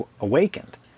awakened